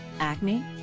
acne